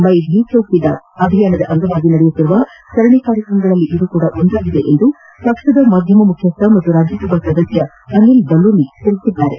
ಮೈ ಬಿ ಚೌಕಿದಾರ್ ಅಭಿಯಾನದ ಅಂಗವಾಗಿ ನಡೆಯುತ್ತಿರುವ ಸರಣಿ ಕಾರ್ಯಕ್ರಮಗಳಲ್ಲಿ ಇದು ಕೂಡ ಒಂದಾಗಿದೆ ಎಂದು ಪಕ್ಷದ ಮಾಧ್ಯಮ ಮುಖ್ಯಸ್ಥ ಹಾಗೂ ರಾಜ್ಯಸಭಾ ಸದಸ್ಯ ಅನಿಲ್ ಬಲೂನಿ ಹೇಳಿದ್ದಾರೆ